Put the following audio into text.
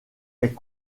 est